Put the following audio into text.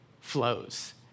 flows